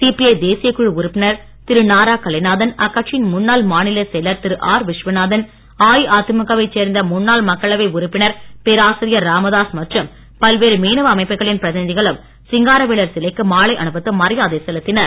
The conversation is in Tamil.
சிபிஐ தேசியக் குழு உறுப்பினர் திரு நாரா கலைநாதன் அக்கட்சியின் முன்னாள் மாநிலச் செயலர் திரு ஆர் விஸ்வநாதன் அஇஅதிமுக வைச் சேர்ந்த முன்னாள் மக்களவை உறுப்பினர் பேராசிரியர் ராமதாஸ் மற்றும் பல்வேறு மீனவ அமைப்புகளின் பிரதிநிதிகளும் சிங்காரவேலர் சிலைக்கு மாலை அணிவித்து மரியாதை செலுத்தினர்